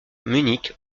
munich